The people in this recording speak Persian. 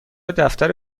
دفتر